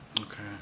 okay